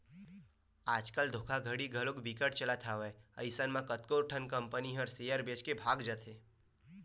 आज कल धोखाघड़ी घलो बिकट के चलत हवय अइसन म कतको ठन कंपनी ह सेयर बेच के भगा जाथे